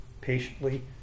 patiently